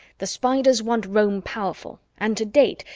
the spiders want rome powerful and, to date,